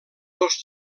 dos